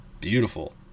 Beautiful